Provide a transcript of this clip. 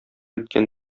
иткән